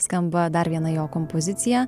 skamba dar viena jo kompozicija